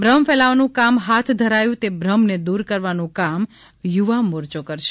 ભ્રમ ફેલાવાનું કામ હાથ ધરાયુ તે ભ્રમને દુર કરવાનું કામ યુવા મોર ચો કરશે